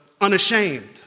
unashamed